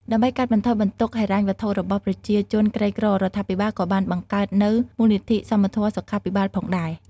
ដើម្បីកាត់បន្ថយបន្ទុកហិរញ្ញវត្ថុរបស់ប្រជាជនក្រីក្រ រដ្ឋាភិបាលក៏បានបង្កើតនូវ មូលនិធិសមធម៌សុខាភិបាលផងដែរ។